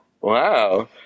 Wow